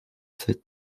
the